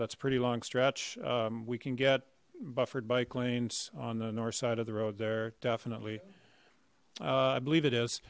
that's pretty long stretch we can get buffered bike lanes on the north side of the road there definitely i believe it is